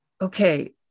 Okay